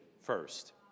first